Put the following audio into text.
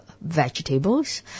vegetables